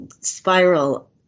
spiral